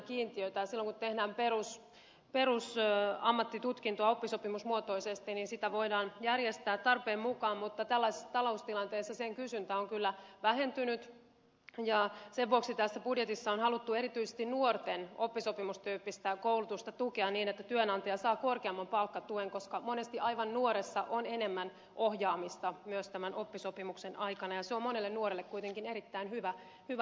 silloin kun tehdään perusammattitutkintoa oppisopimusmuotoisesti niin sitä voidaan järjestää tarpeen mukaan mutta tällaisessa taloustilanteessa sen kysyntä on kyllä vähentynyt ja sen vuoksi tässä budjetissa on haluttu erityisesti nuorten oppisopimustyyppistä koulutusta tukea niin että työnantaja saa korkeamman palkkatuen koska monesti aivan nuoressa on enemmän ohjaamista myös tämän oppisopimuksen aikana ja se on monelle nuorelle kuitenkin erittäin hyvä malli